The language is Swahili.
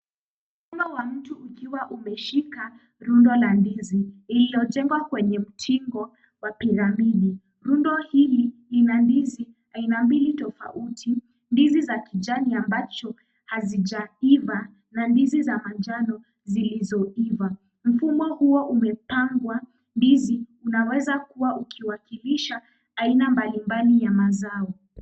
Mgomba wa ndizi ukiwa umeshika rundo la ndizi, lililojengwa kwenye mtingo wa piramidi. Rundo hili lina ndizi mbili aina tofauti, ndizi za kijani ambacho hazijaiva na ndizi za manjano zilizoiva. Mfumo huo umepangwa ndizi unaweza kuwa ukiwakilisha aina mbalimbali ya mazao.